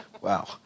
wow